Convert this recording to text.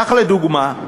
כך, לדוגמה,